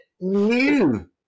new